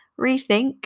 rethink